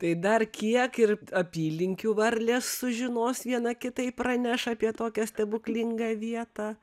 tai dar kiek ir apylinkių varlės sužinos viena kitai praneša apie tokią stebuklingą vietą